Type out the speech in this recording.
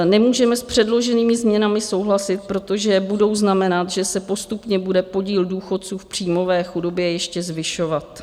Nemůžeme s předloženými změnami souhlasit, protože budou znamenat, že se postupně bude podíl důchodců v příjmové chudobě ještě zvyšovat.